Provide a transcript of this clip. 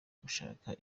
gushaka